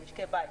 הם משקי בית,